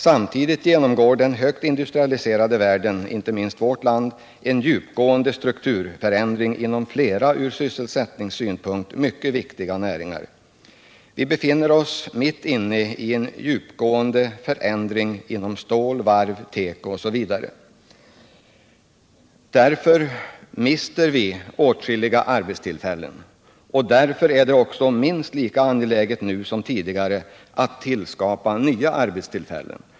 Samtidigt genomgår den högt industrialiserade världen, inte minst vårt land, en djupgående strukturförändring inom flera från sysselsättningssynpunkt mycket viktiga näringar. Vi befinner oss mitt inne i en djupgående förändring inom bl.a. stål-, varvsoch tekoindustrin. Därför mister vi åtskilliga arbetstillfällen, och därför är det också minst lika angeläget nu som tidigare att tillskapa nya arbetstillfällen.